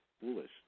foolish